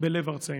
בלב ארצנו.